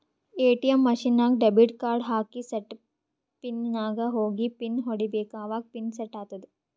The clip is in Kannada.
ಎ.ಟಿ.ಎಮ್ ಮಷಿನ್ ನಾಗ್ ಡೆಬಿಟ್ ಕಾರ್ಡ್ ಹಾಕಿ ಸೆಟ್ ಪಿನ್ ನಾಗ್ ಹೋಗಿ ಪಿನ್ ಹೊಡಿಬೇಕ ಅವಾಗ ಪಿನ್ ಸೆಟ್ ಆತ್ತುದ